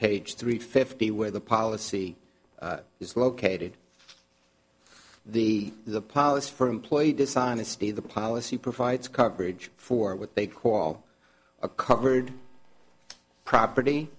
page three fifty where the policy is located the policies for employee dishonesty the policy provides coverage for what they call a covered property